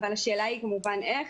אבל השאלה היא כמובן איך.